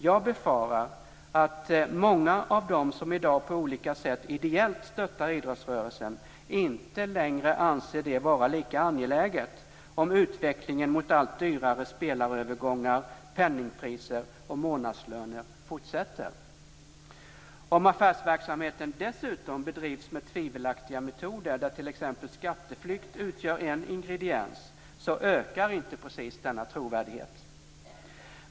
Jag befarar att många av dem som i dag på olika sätt ideellt stöttar idrottsrörelsen inte längre anser det vara lika angeläget om utvecklingen mot allt dyrare spelarövergångar, penningpriser och månadslöner fortsätter. Om affärsverksamheten dessutom bedrivs med tvivelaktiga metoder där t.ex. skatteflykt utgör en ingrediens, ökar inte precis denna trovärdighet.